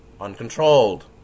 Uncontrolled